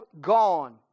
gone